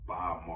Bob